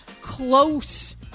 close